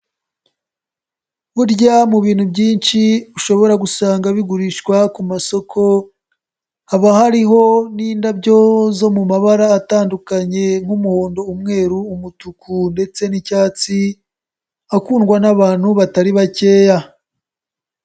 Burya mu bintu byinshi ushobora gusanga bigurishwa ku masoko haba hariho n'indabyo zo mu mabara atandukanye nk'umuhondo, umweru, umutuku ndetse n'icyatsi akundwa n'abantu batari bakeya.